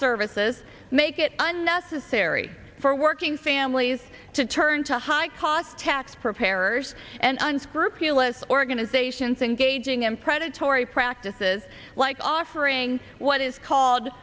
services make it unnecessary for working families to turn to high cost tax preparers and unscrupulous organizations engaging in predatory practices like offering what is called